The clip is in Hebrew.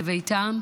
לביתם,